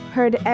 Heard